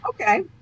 Okay